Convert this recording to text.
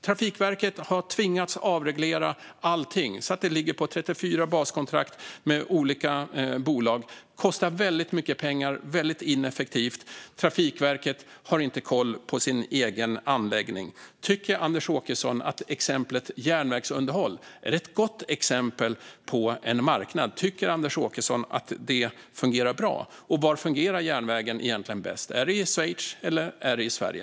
Trafikverket har tvingats avreglera allting så att detta ligger på 34 baskontrakt med olika bolag. Det kostar väldigt mycket pengar. Det är väldigt ineffektivt. Trafikverket har inte koll på sin egen anläggning. Tycker Anders Åkesson att exemplet järnvägsunderhåll är ett gott exempel på en marknad? Tycker Anders Åkesson att det fungerar bra? Var fungerar järnvägen egentligen bäst - i Schweiz eller i Sverige?